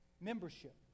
membership